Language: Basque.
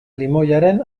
limoiaren